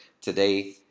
Today